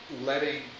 letting